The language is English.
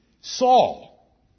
Saul